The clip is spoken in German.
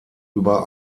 über